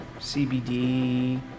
CBD